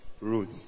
Ruth